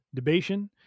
debation